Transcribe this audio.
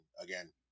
again